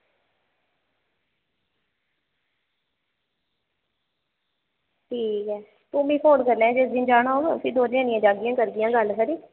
ठीक ऐ तूं मिगी फोन करी लैएआं जिस्स दिन जाना होग ते दौनें जन्नियां करगियां गल्ल खरी